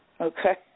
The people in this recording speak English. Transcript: Okay